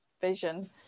vision